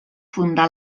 fundà